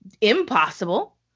impossible